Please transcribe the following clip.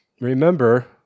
remember